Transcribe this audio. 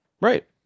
Right